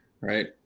Right